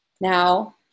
Now